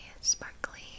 sparkly